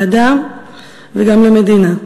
לאדם וגם למדינה.